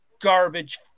garbage